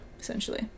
essentially